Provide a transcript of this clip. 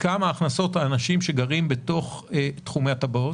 כמה מן ההכנסות מגיעות מן האנשים שגרים בתוך תחומי הטבעות?